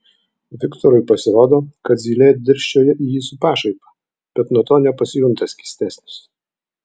viktorui pasirodo kad zylė dirsčioja į jį su pašaipa bet nuo to nepasijunta skystesnis